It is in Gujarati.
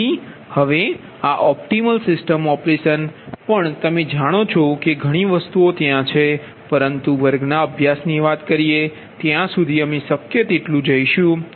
તેથી હવે આ ઓપટિમલ સિસ્ટમ ઓપરેશન પણ તમે જાણો છો કે ઘણી વસ્તુઓ ત્યાં છે પરંતુ વર્ગના અભ્યાસની વાત કરીએ ત્યાં સુધી અમે શક્ય તેટલું જઇશું